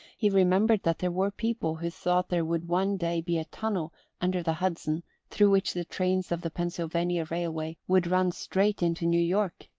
he remembered that there were people who thought there would one day be a tunnel under the hudson through which the trains of the pennsylvania railway would run straight into new york.